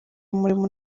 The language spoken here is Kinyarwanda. umurimo